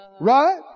Right